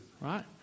right